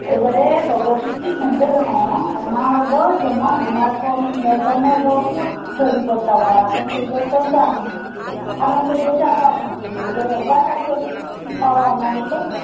ᱮᱵᱟᱨᱮ ᱜᱚᱜᱚ ᱠᱤᱪᱨᱤᱡ ᱢᱳᱫᱽ ᱨᱮᱦᱚᱸ ᱟᱭᱢᱟ ᱦᱚᱲ ᱫᱚ ᱡᱮᱢᱚᱱ ᱟᱭᱢᱟ ᱨᱚᱠᱚᱢ ᱟᱫᱚᱢᱟᱜ ᱫᱚ ᱯᱩᱰ ᱥᱟᱹᱲᱤ ᱠᱚ ᱦᱟᱛᱟᱣᱟ ᱟᱫᱚᱢ ᱠᱚ ᱫᱚ ᱥᱟᱥᱟᱝ ᱟᱫᱚᱢ ᱠᱚ ᱫᱚ ᱪᱷᱟᱵᱟ ᱢᱳᱫᱽ ᱨᱮ ᱮᱵᱟᱨᱮ ᱚᱠᱟᱴᱟᱜ ᱪᱮᱫ ᱞᱮᱠᱟᱢ ᱦᱟᱛᱟᱣᱟ ᱚᱱᱟ ᱜᱮᱛᱚ